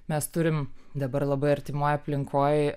mes turim dabar labai artimoj aplinkoj